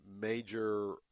major